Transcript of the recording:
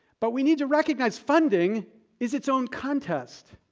but we need to recognize funding is its own contest,